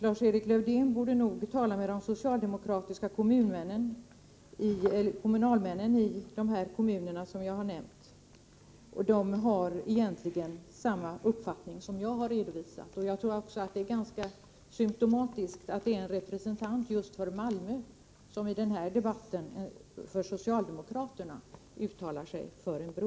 Lars-Erik Lövdén borde nog tala med de socialdemokratiska kommunalmännen i de kommuner som jag har nämnt. De har egentligen samma uppfattning som den jag har redovisat. Jag tror också att det är ganska symptomatiskt att det är en representant för just Malmö som i den här debatten för socialdemokraternas talan och uttalar sig för en bro.